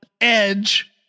edge